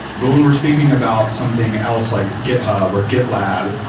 but when we're speaking about something else like github or gitlab,